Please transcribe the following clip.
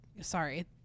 sorry